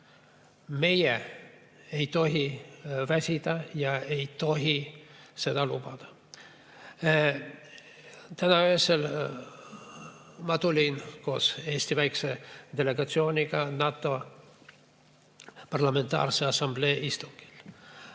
Meie ei tohi väsida ega tohi seda lubada. Täna öösel ma tulin koos Eesti väikse delegatsiooniga NATO Parlamentaarse Assamblee istungilt.